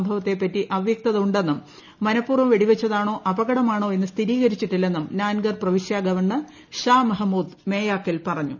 സംഭവത്തെപ്പറ്റി അവ്യക്തത ഉണ്ടെന്നും മനപൂർവ്വം വെടിവച്ചതാണോ അപകടമാണോ എന്ന് സ്ഥിരീകരിച്ചിട്ടില്ലെന്നും നാൻഗർ പ്രവിശ്യ ഗവർണർ ഷാ മെഹമൂദ് മേയാക്കിൽ പറ്റുണ്ട്രു